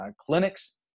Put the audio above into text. clinics